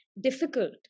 difficult